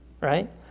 right